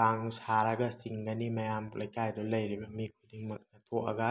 ꯀꯥꯡ ꯁꯥꯔꯒ ꯆꯤꯡꯒꯅꯤ ꯃꯌꯥꯝ ꯂꯩꯀꯥꯏꯗꯨꯗ ꯂꯩꯔꯤꯕ ꯃꯤ ꯈꯨꯗꯤꯡꯃꯛꯅ ꯊꯣꯛꯑꯒ